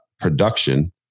production